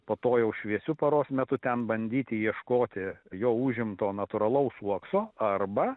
po to jau šviesiu paros metu ten bandyti ieškoti jo užimto natūralaus uokso arba